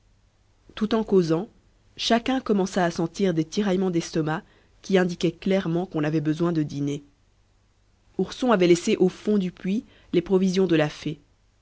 tout en causant chacun commença à sentir des tiraillements d'estomac qui indiquaient clairement qu'on avait besoin de dîner ourson avait laissé au fond du puits les provisions de la fée